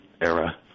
era